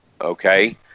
Okay